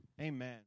Amen